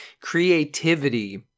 creativity